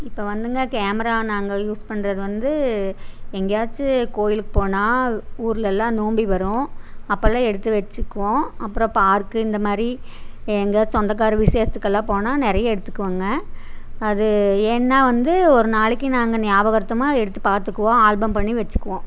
இப்போ வந்துங்க கேமரா நாங்கள் யூஸ் பண்றது வந்து எங்கேயாச்சி கோயிலுக்கு போனால் ஊரில் எல்லாம் நோம்பு வரும் அப்போல்லாம் எடுத்து வச்சிக்குவோம் அப்புறம் பார்க்கு இந்த மாதிரி எ எங்கள் சொந்தக்கார விசேஷத்துக்கெல்லாம் போனால் நிறைய எடுத்துக்குவோங்க அது ஏன்னால் வந்து ஒரு நாளைக்கு நாங்கள் ஞாபகார்த்தமாக எடுத்து பார்த்துக்குவோம் ஆல்பம் பண்ணி வச்சிக்குவோம்